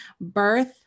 Birth